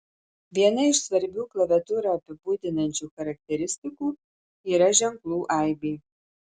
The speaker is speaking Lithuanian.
viena iš svarbių klaviatūrą apibūdinančių charakteristikų yra ženklų aibė